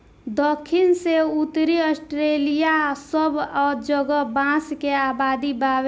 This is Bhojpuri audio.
दखिन से उत्तरी ऑस्ट्रेलिआ सब जगह पर बांस के आबादी बावे